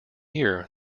year